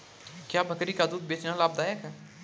क्या बकरी का दूध बेचना लाभदायक है?